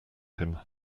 him